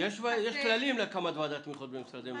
כללים להקמת ועדת תמיכות במשרדי ממשלה.